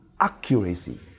accuracy